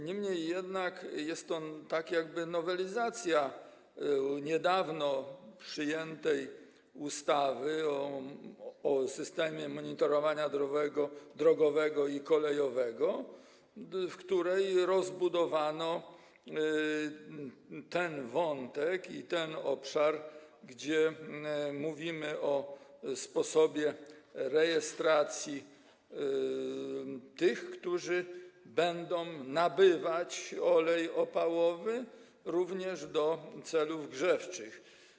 Niemniej jednak jest to tak jakby nowelizacja niedawno przyjętej ustawy o systemie monitorowania drogowego i kolejowego przewozu, w której rozbudowano ten wątek, ten obszar, gdzie mówimy o sposobie rejestracji tych, którzy będą nabywać olej opałowy również do celów grzewczych.